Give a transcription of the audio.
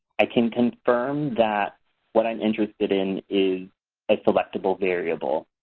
i can confirm that what i'm interested in is a selectable variable.